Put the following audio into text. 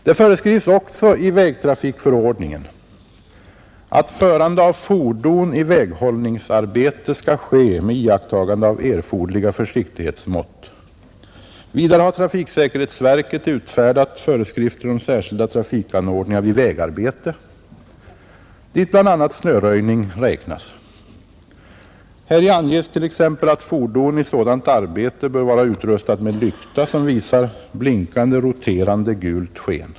Det föreskrivs också i vägtrafikförordningen, att förande av fordon i väghållningsarbete skall ske med iakttagande av erforderliga försiktighetsmått. Vidare har trafiksäkerhetsverket utfärdat föreskrifter om särskilda trafikanordningar vid vägarbete, dit bl.a. snöröjning räknas, Häri anges t.ex. att fordon i sådant arbete bör vara utrustat med lykta som visar blinkande gult sken.